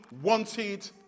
wanted